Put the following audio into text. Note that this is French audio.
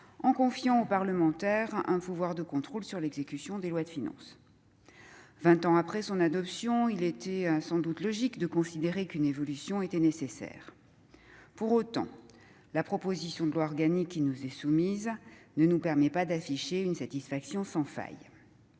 en confiant aux parlementaires un pouvoir de contrôle sur l'exécution des lois de finances. Aujourd'hui, vingt ans après l'adoption de ce texte, il était sans doute logique de considérer qu'une évolution était nécessaire. Pour autant, la proposition de loi organique qui nous est soumise ne nous permet pas d'afficher une satisfaction sans faille.